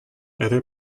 other